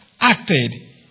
acted